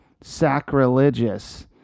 sacrilegious